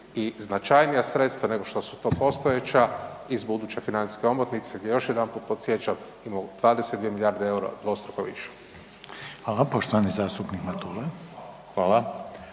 i značajnija sredstva nego što su to postojeća iz buduće financijske omotnice gdje još jedanput podsjećam, imamo 22 milijarde eura dvostruko više. **Reiner, Željko (HDZ)** Hvala.